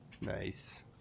Nice